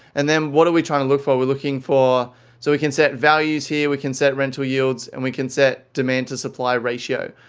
and then, what are we trying to look for? we're looking for so we can set values here. we can set rental yields and we can set demand to supply ratio.